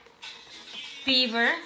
Fever